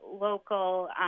local